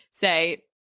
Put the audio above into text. say